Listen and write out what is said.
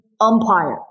umpire